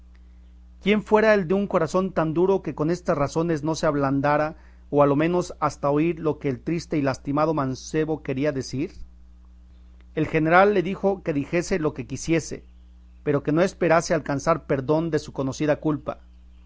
quién fuera el de corazón tan duro que con estas razones no se ablandara o a lo menos hasta oír las que el triste y lastimado mancebo decir quería el general le dijo que dijese lo que quisiese pero que no esperase alcanzar perdón de su conocida culpa